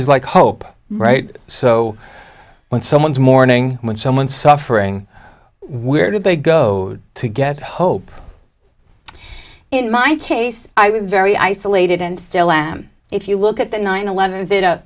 is like hope right so when someone's morning with someone suffering where do they go to get hope in my case i was very isolated and still am if you look at the nine eleven